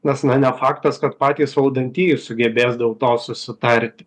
nes na ne faktas kad patys valdantieji sugebės dėl to susitarti